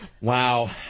Wow